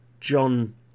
John